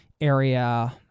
area